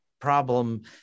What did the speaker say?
problem